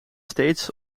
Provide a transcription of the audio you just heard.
steeds